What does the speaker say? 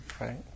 right